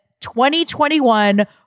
2021